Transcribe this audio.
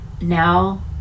now